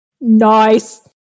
Nice